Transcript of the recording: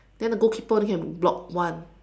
then the goalkeeper only can block one